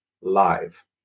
Live